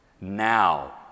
Now